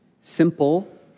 simple